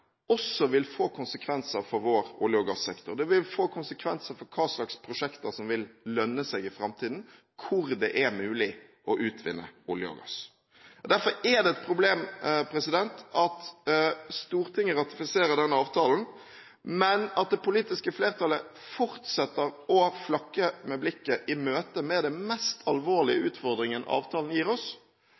også vil få konsekvenser for vår olje- og gassektor. Det vil få konsekvenser for hva slags prosjekter som vil lønne seg i framtiden, hvor det er mulig å utvinne olje og gass. Derfor er det et problem at Stortinget ratifiserer denne avtalen mens det politiske flertallet fortsetter å flakke med blikket i møte med den mest alvorlige utfordringen avtalen gir oss,